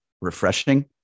refreshing